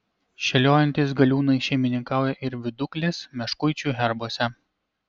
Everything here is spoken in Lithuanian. šėliojantys galiūnai šeimininkauja ir viduklės meškuičių herbuose